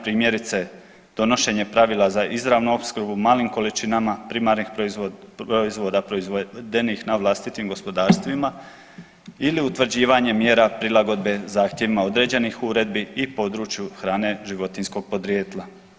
Primjerice donošenje pravila za izravnu opskrbu malim količinama primarnih proizvoda proizvedenih na vlastitim gospodarstvima ili utvrđivanjem mjera prilagodbe zahtjevima određenih uredbi i području hrane životinjskog podrijetla.